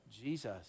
Jesus